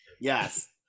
Yes